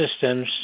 systems